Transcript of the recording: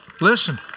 listen